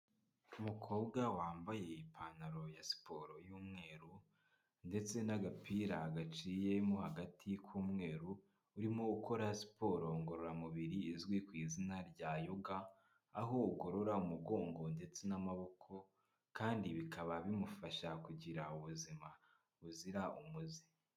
Umukobwa wambaye ipantaro ya siporo y'umweru ndetse n'agapira gaciyemo hagati k'umweru, urimo ukora siporo ngororamubiri izwi ku izina rya yoga aho ugorora umugongo ndetse n'amaboko kandi bikaba bimufasha kugira ubuzima buzira umuze.